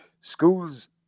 schools